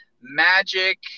magic